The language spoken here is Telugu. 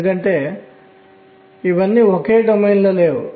అలాంటి n మరియు nr k |m| ఒకేలా ఉంటాయి